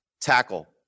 tackle